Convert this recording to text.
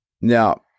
Now